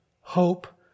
hope